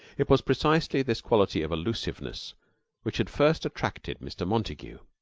it was precisely this quality of elusiveness which had first attracted mr. montague.